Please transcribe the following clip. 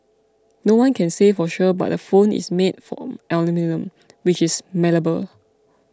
no one can say for sure but the phone is made from aluminium which is malleable